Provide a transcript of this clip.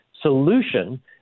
solution